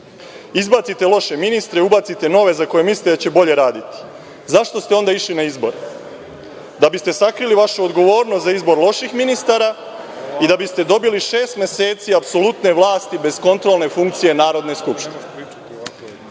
Izbacite loše ministre, ubacite nove za koje mislite da će bolje raditi. Zašto ste onda išli na izbore? Da biste sakrili vašu odgovornost za izbor loših ministara i da biste dobili šest meseci apsolutne vlasti bez kontrolne funkcije Narodne skupštine.